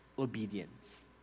obedience